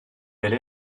elle